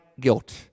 guilt